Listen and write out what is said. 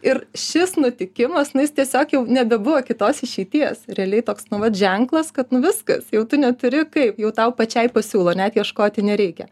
ir šis nutikimas na jis tiesiog jau nebebuvo kitos išeities realiai toks nu vat ženklas kad nu viskas jau tu neturi kaip jau tau pačiai pasiūlo net ieškoti nereikia